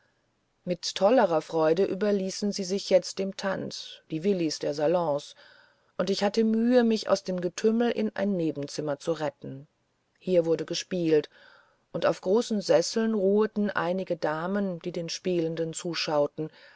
mit tollerer freude überließen sie sich jetzt dem tanz die willis des salon und ich hatte mühe mich aus dem getümmel in ein nebenzimmer zu retten hier wurde gespielt und auf großen sesseln ruheten einige damen die den spielenden zuschauten